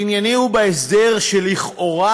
ענייני הוא בהסדר שלכאורה,